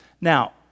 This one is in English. Now